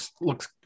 looks